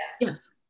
Yes